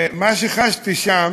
חשתי שם